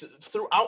throughout